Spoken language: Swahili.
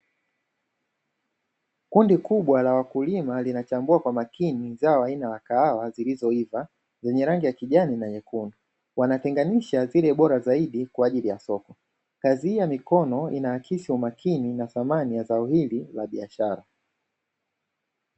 "Kundi kubwa la wakulima linachambua kwa makini zao aina ya kahawa zilizoiiva zenye rangi ya kijani na njano. Wanatenganisha zile bora zaidi kwa ajili ya soko. Kazi hii ya mikono inaakisi umakini na thamani ya zao hili la biashara."